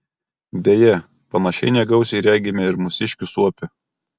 beje panašiai negausiai regime ir mūsiškių suopių